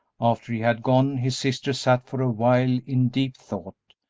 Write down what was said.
after he had gone his sister sat for a while in deep thought,